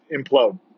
implode